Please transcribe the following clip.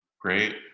Great